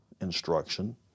instruction